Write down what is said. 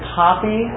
copy